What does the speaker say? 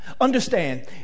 understand